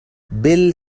بيل